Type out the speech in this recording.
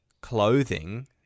clothing